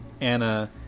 Anna